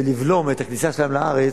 ולבלום את הכניסה שלהם לארץ,